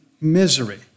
misery